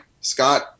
Scott